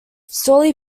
storey